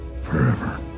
Forever